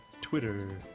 Twitter